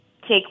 take